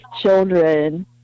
children